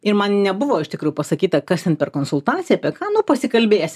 ir man nebuvo iš tikrųjų pasakyta kas ten per konsultacija apie ką nu pasikalbėsim